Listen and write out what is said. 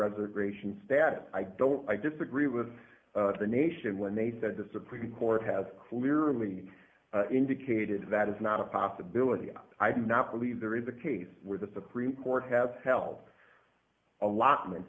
reservation status i don't i disagree with the nation when they said the supreme court has clearly indicated that is not a possibility i do not believe there is a case where the supreme court has held allotment